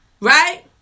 Right